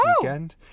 weekend